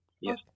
Yes